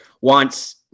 wants